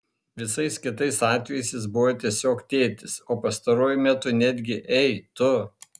visais kitais atvejais jis buvo tiesiog tėtis o pastaruoju metu netgi ei tu